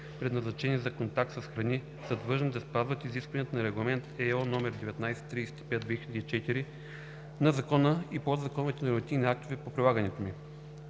предназначени за контакт с храни, са длъжни да спазват изискванията на Регламент (ЕО) № 1935/2004, на закона и подзаконовите нормативни актове по прилагането му.